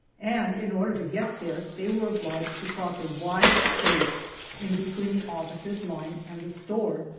and in order to get there they were obliged to cross a wide space in between the officers' line and the store.